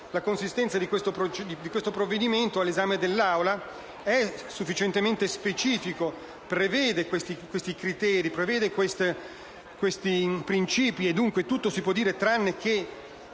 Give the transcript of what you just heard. la consistenza di questo provvedimento all'esame dell'Assemblea sia sufficientemente specifico e preveda questi criteri e questi principi. Dunque, tutto si può dire tranne che